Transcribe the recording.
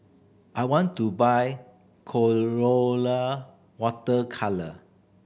I want to buy Colora Water Colour